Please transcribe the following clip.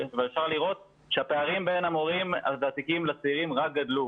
אבל אפשר לראות שהפערים בין המורים הוותיקים לצעירים רק גדלו